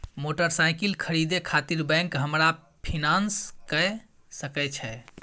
Motorcycle खरीदे खातिर bank हमरा फिनांस कय सके छै?